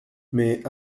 mais